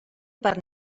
per